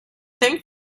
think